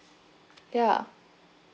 ya